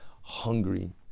hungry